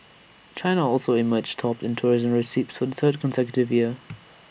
China also emerged top in tourism receipts for the third consecutive year